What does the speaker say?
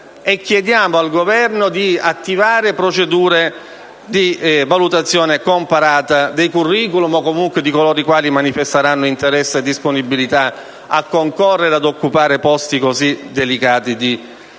chiediamo al Governo di attivare procedure di valutazione comparata dei *curricula* o comunque di coloro i quali manifesteranno interesse e disponibilità a concorrere ad occupare posti così delicati di comando